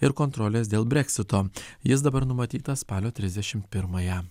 ir kontrolės dėl breksito jis dabar numatytas spalio trisdešim pirmąją